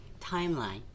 timeline